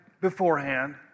beforehand